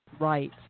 right